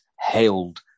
hailed